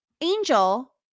Angel